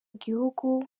gihugu